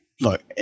look